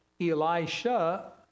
Elisha